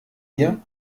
ihr